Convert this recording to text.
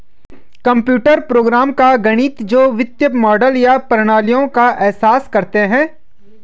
computer program का गणित जो वित्तीय मॉडल या प्रणालियों का एहसास करते हैं